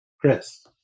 Chris